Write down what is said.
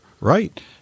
Right